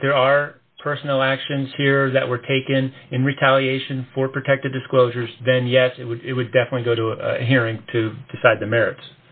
that there are personal actions here that were taken in retaliation for protected disclosures then yes it would it would definitely go to a hearing to decide the